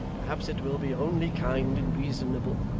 perhaps it will be only kind and reasonable.